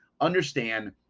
understand